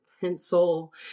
pencil